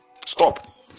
Stop